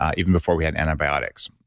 ah even before we had antibiotics.